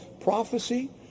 prophecy